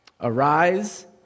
Arise